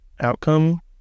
outcome